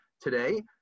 today